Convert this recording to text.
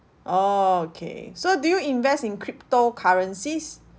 oh okay so do you invest in crypto currencies